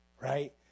right